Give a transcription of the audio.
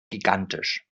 gigantisch